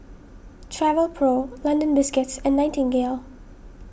Travelpro London Biscuits and Nightingale